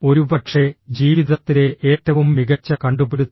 ഒരുപക്ഷേ ജീവിതത്തിലെ ഏറ്റവും മികച്ച കണ്ടുപിടുത്തം